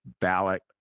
ballot